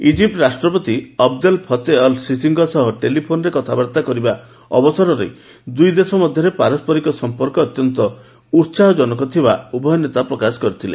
ଇଜିପୁ ରାଷ୍ଟ୍ରପତି Abdel Fattah al ସିସିଙ୍କ ସହ ଟେଲିଫୋନ୍ରେ କଥାବାର୍ତ୍ତା କରିବା ଅବସରରେ ଦୁଇ ଦେଶ ମଧ୍ୟରେ ପାରସ୍କରିକ ସମ୍ପର୍କ ଅତ୍ୟନ୍ତ ଉସାହଜନକ ଥିବା ଉଭୟ ନେତା ପ୍ରକାଶ କରିଥିଲେ